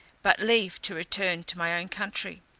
but leave to return to my own country.